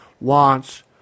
wants